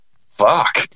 fuck